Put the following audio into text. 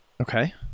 Okay